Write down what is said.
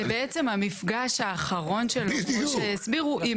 זה בעצם המפגש האחרון שלו כמו שהסבירו.